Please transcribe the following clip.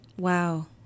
wow